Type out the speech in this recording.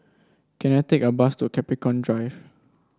can I take a bus to Capricorn Drive